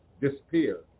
disappear